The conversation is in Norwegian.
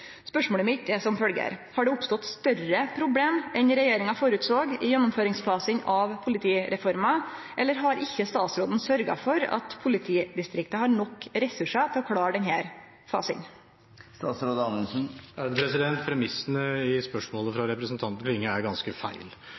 Spørsmålet mitt er: Har det oppstått større problem enn regjeringa føresåg i gjennomføringsfasen av politireforma, eller har ikkje statsråden sørgt for at politidistrikta har nok ressursar til å klare denne fasen? Premissene i spørsmålet fra representanten Klinge er ganske feil.